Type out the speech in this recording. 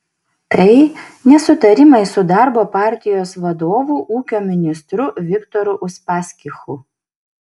tai nesutarimai su darbo partijos vadovu ūkio ministru viktoru uspaskichu